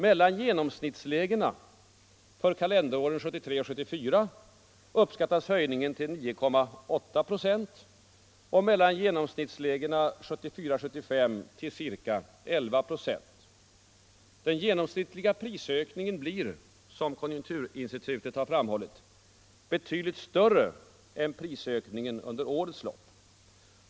Mellan genomsnittslägena för kalenderåren 1973 och 1974 uppskattas höjningen till 9,8 procent och mellan genomsnittslägena för 1974 och 1975 till ca 11 procent. Den genomsnittliga prisökningen blir — som kon junkturinstitutet framhåller — ”betydligt större än prisökningen under årets lopp”.